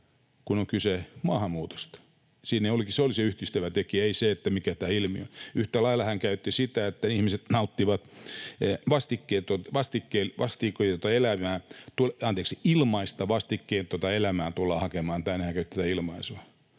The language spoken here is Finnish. kun on kyse maahanmuutosta: sehän siinä olikin se yhdistävä tekijä eikä se, mikä tämä ilmiö on. Yhtä lailla hän käytti ilmaisua, että ”ilmaista vastikkeetonta elämää tullaan hakemaan tänne”. Hän käytti tätä ilmaisua,